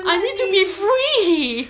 I need to be free